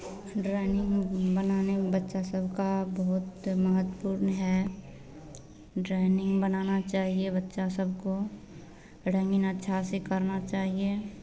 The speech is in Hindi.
ड्राइंग बनाने में बच्चा सबका बहुत महत्त्व है ड्राइंग बनाना चाहिए बच्चा सब को ड्राइंग अच्छा से करना चाहिए